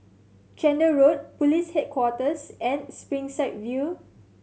Chander Road Police Headquarters and Springside View